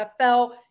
NFL